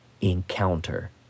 encounter